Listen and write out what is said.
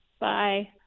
Bye